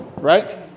Right